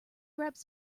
grabbed